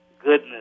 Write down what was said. goodness